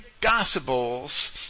Gospels